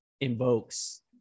invokes